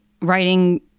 writing